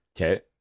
Okay